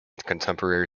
contemporary